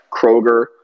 Kroger